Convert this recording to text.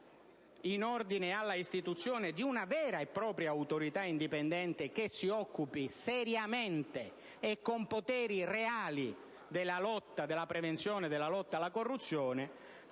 in ordine all'istituzione di una vera e propria Autorità indipendente che si occupi seriamente e con poteri reali della prevenzione e della lotta alla corruzione,